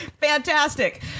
Fantastic